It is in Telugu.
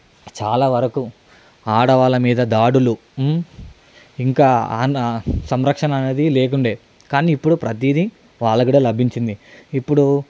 చాలావరకు ఆడవాళ్ళ మీద దాడులు ఇంకా సంరక్షణ అనేది లేకుండే కానీ ఇప్పుడు ప్రతిదీ వాళ్ళకు కూడా లభించింది ఇప్పుడు